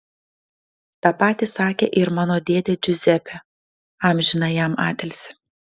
tą patį sakė ir mano dėdė džiuzepė amžiną jam atilsį